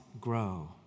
grow